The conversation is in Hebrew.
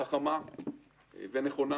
חכמה ונכונה